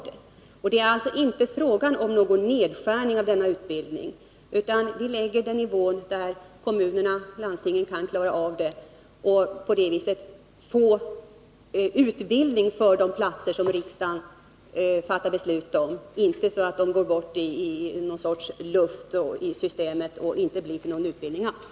Det är alltså inte fråga om någon nedskärning av denna utbildning, utan vi lägger nivån så att kommunerna och landstingen kan klara uppgiften att åstadkomma en utbildning för det antal platser som riksdagen fattar beslut om, inte så att det blir ”luft” i systemet och inte någon utbildning alls.